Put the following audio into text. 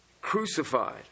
crucified